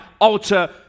alter